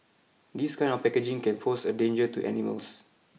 this kind of packaging can pose a danger to animals